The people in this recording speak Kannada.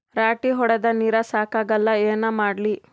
ರಾಟಿ ಹೊಡದ ನೀರ ಸಾಕಾಗಲ್ಲ ಏನ ಮಾಡ್ಲಿ?